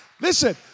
Listen